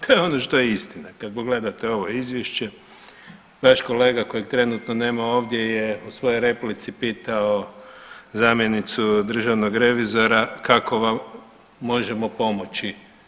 To je ono što je istina, kad pogledate ovo izvješće vaš kolega kojeg trenutno nema ovdje je u svojoj replici pitao zamjenicu državnog revizora kako vam možemo pomoći.